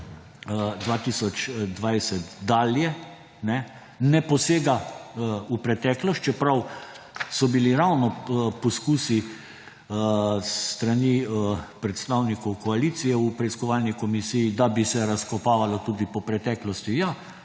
2020 dalje. Ne posega v preteklost, čeprav so bili ravno poskusi s strani predstavnikov koalicije v preiskovalni komisiji, da bi se razkopavalo tudi po preteklosti. Ja,